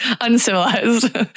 Uncivilized